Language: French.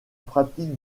pratique